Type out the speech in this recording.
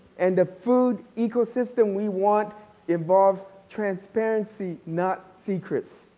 and the food ecosystem we want involves transparency, not secrets.